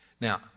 Now